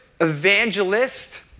evangelist